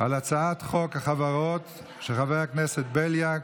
על הצעת חוק החברות של חבר הכנסת בליאק,